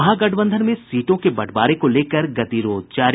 महागठबंधन में सीटों के बंटवारे को लेकर गतिरोध जारी